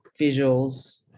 visuals